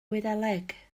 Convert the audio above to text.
wyddeleg